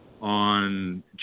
on